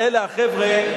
אלה החבר'ה,